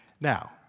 Now